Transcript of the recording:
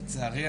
לצערי,